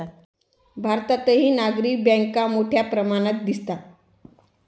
भारतातही नागरी बँका मोठ्या प्रमाणात दिसतात